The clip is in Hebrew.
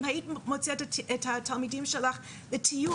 אם היית מוציאה את התלמידים שלך לטיול,